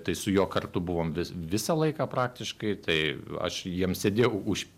tai su juo kartu buvom vis visą laiką praktiškai tai aš jiems sėdėjau už